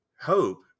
hope